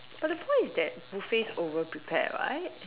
but the point is that buffets over prepare right